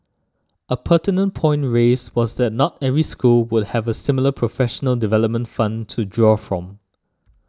a pertinent point raised was that not every school would have a similar professional development fund to draw from